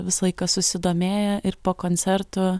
visą laiką susidomėję ir po koncerto